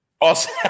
Awesome